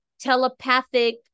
telepathic